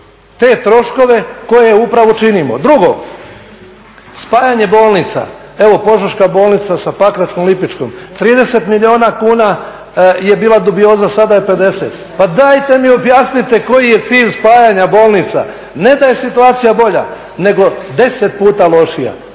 te troškove koje upravo činimo? Drugo, spajanje bolnica, evo Požeška bolnica sa pakračko-lipičkom 30 milijuna kuna je bila dubioza, sada je 50. Pa dajte mi objasnite koji je cilj spajanje bolnica? Ne da je situacija bolja nego 10 puta lošija,